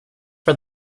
for